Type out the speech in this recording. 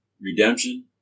Redemption